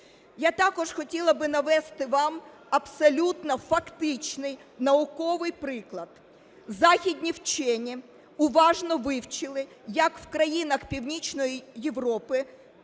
Я також хотіла би навести вам абсолютно фактичний науковий приклад. Західні вчені уважно вивчили, як в країнах Північної Європи